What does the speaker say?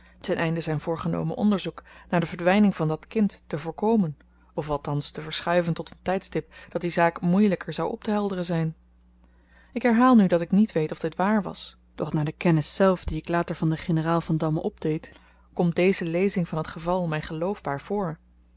ten einde zyn voorgenomen onderzoek naar de verdwyning van dat kind te voorkomen of althans te verschuiven tot een tydstip dat die zaak moeielyker zou optehelderen zyn ik herhaal nu dat ik niet weet of dit waar was doch naar de kennis die ikzelf later van den generaal vandamme opdeed komt deze lezing van t geval my geloofbaar voor